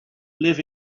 live